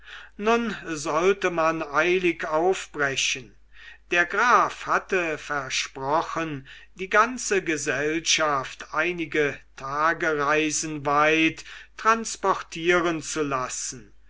nun sollte man eilig aufbrechen der graf hatte versprochen die ganze gesellschaft einige tagereisen weit transportieren zu lassen